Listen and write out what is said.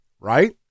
right